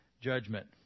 judgment